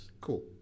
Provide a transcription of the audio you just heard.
Cool